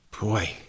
Boy